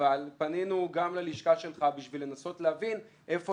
פנינו גם ללשכה שלך בשביל לנסות להבין איפה